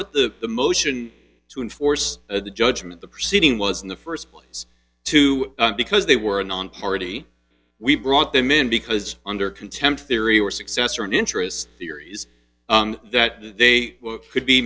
what the the motion to enforce the judgment the proceeding was in the first place too because they were a non party we brought them in because under contempt theory were successor in interest theories that they could be